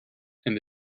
and